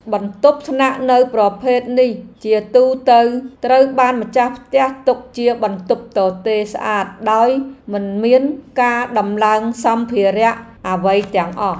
បន្ទប់ស្នាក់នៅប្រភេទនេះជាទូទៅត្រូវបានម្ចាស់ផ្ទះទុកជាបន្ទប់ទទេរស្អាតដោយមិនមានការដំឡើងសម្ភារៈអ្វីទាំងអស់។